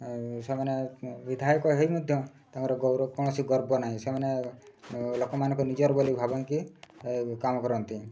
ଆଉ ସେମାନେ ବିଧାୟକ ହେଇ ମଧ୍ୟ ତାଙ୍କର କୌଣସି ଗର୍ବ ନାହିଁ ସେମାନେ ଲୋକମାନଙ୍କ ନିଜର ବୋଲି ଭାବିକି କାମ କରନ୍ତି